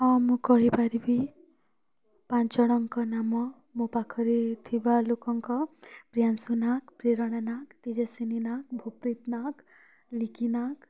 ହଁ ମୁଁ କହିପାରିବି ପାଞ୍ଚ ଜଣଙ୍କ ନାମ ମୋ ପାଖରେ ଥିବା ଲୋକଙ୍କ ପ୍ରିୟାଂସୁ ନାଗ୍ ପ୍ରେରଣା ନାଗ୍ ତେଜସ୍ଵିନୀ ନାଗ୍ ଭୋପିତ୍ ନାଗ୍ ନିକି ନାଗ